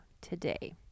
today